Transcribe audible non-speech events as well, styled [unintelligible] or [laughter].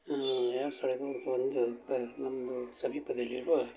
ಎರಡು ಸ್ಥಳಗಳ [unintelligible] ಒಂದು ಪ ನಮ್ಮದು ಸಮೀಪದಲ್ಲಿರುವ